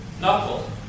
knuckle